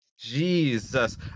Jesus